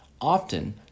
Often